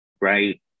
right